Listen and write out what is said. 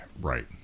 Right